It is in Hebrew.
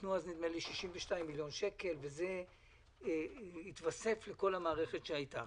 נדמה לי שנתנו אז 62 מיליון שקלים וזה התווסף לכל המערכת שהייתה.